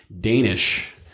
Danish